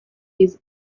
his